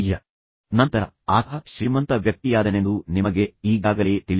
ತದನಂತರ ಆತ ಅತ್ಯಂತ ಶ್ರೀಮಂತ ವ್ಯಕ್ತಿಯಾದನೆಂದು ನಿಮಗೆ ಈಗಾಗಲೇ ತಿಳಿದಿದೆ